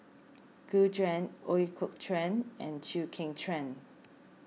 Gu Juan Ooi Kok Chuen and Chew Kheng Chuan